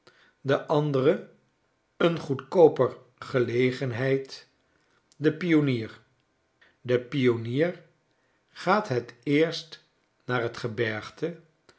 de andere een goedkooper gelegenheid de pionier de pionier gaat het eerst naar t gebergte